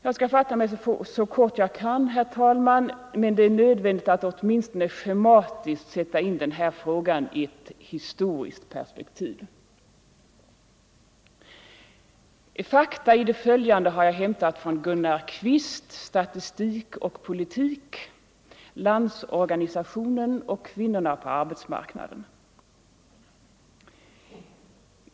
Jag skall fatta mig så kort jag kan, herr talman. Men det är nödvändigt att åtminstone schematiskt sätta in den här frågan i ett historiskt perspektiv. Fakta i det följande har jag hämtat från Gunnar Qvists bok ”Statistik och politik. Landsorganisationen och kvinnorna på arbetsmarknaden”.